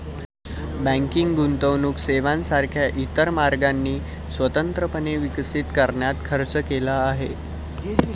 banking गुंतवणूक सेवांसारख्या इतर मार्गांनी स्वतंत्रपणे विकसित करण्यात खर्च केला आहे